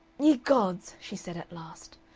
ye gods! she said at last.